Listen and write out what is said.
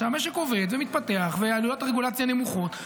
שהמשק עובד ומתפתח ועלויות הרגולציה נמוכות,